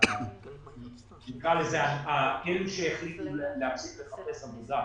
ונקרא לזה אלה שהחליטו להפסיק לחפש עבודה,